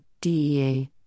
DEA